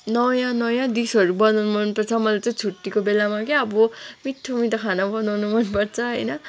नयाँ नयाँ डिसहरू बनाउनु मनपर्छ मलाई चाहिँ छुट्टीको बेलामा क्या अब मिठो मिठो खाना बनाउनु मनपर्छ होइन